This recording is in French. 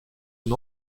une